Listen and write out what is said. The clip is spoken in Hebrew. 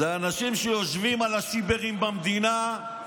אלה אנשים שיושבים על השיברים במדינה,